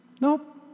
nope